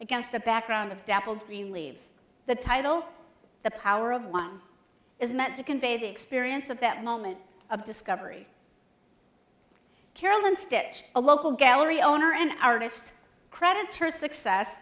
against the background of dappled green leaves the title the power of one is meant to convey the experience of that moment of discovery carolyn stitch a local gallery owner and artist credits her success